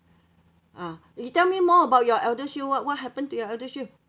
ah you tell me more about your ElderShield what what happen to your ElderShield